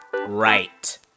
right